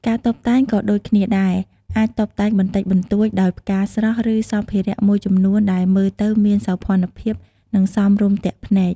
ការតុបតែងក៏ដូចគ្នាដែរ អាចតុបតែងបន្តិចបន្តួចដោយផ្កាស្រស់ ឬសម្ភារៈមួយចំនួនដែលមើលទៅមានសោភ័ណភាព និងសមរម្យទាក់ភ្នែក។